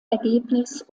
ergebnis